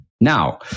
Now